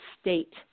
state